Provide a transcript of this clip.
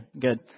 good